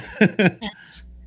Yes